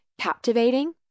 Captivating